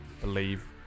believe